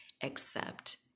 accept